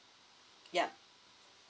yup